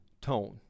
tone